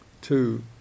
Two